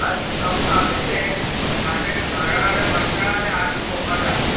હા રીંગણ તો આપીશ બેન ને સાથે ધાણા મરચાં ને આદુ મફત આપીશ